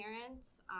parents